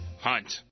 Hunt